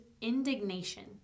indignation